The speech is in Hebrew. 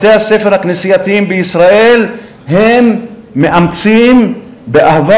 בתי-הספר הכנסייתיים בישראל מאמצים באהבה